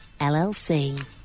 LLC